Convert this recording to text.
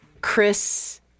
Chris